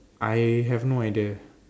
I have no idea